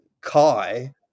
Kai